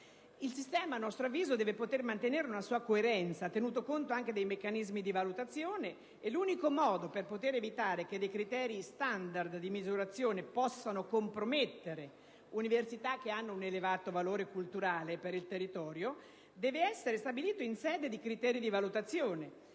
Il sistema, a nostro avviso, deve poter mantenere una sua coerenza tenendo conto dei meccanismi di valutazione, e l'unico modo per poter evitare che criteri standard di valutazione possano compromettere università che hanno un elevato valore culturale per il territorio è prevedere, in sede di criteri di valutazione,